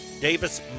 Davis